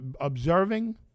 observing